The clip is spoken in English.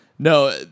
No